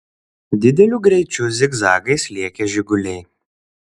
dideliu greičiu zigzagais lėkė žiguliai